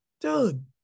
Dude